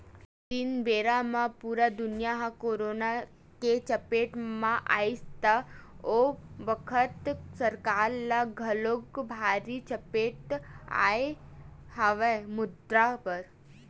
आये दिन बेरा म पुरा दुनिया ह करोना के चपेट म आइस त ओ बखत सरकार ल घलोक भारी चपेट आय हवय मुद्रा बर